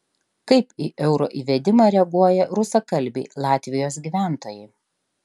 kaip į euro įvedimą reaguoja rusakalbiai latvijos gyventojai